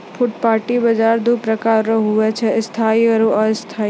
फुटपाटी बाजार दो प्रकार रो हुवै छै स्थायी आरु अस्थायी